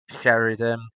Sheridan